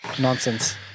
Nonsense